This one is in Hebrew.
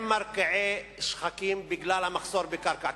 הם מרקיעי שחקים בגלל המחסור בקרקע.